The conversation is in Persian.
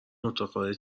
متعاقد